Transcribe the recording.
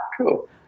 cool